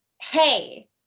hey